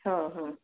હં હં